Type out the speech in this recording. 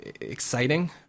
exciting